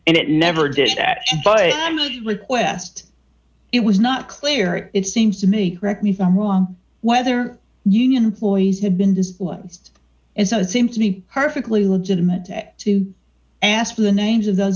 and it never did that but request it was not clear it seems to me correct me if i'm wrong whether union employees had been disciplined and so it seems to be perfectly legitimate to ask for the names of those